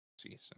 season